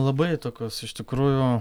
labai tokios iš tikrųjų